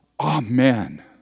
Amen